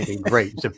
Great